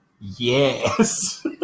yes